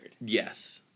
Yes